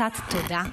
תודה.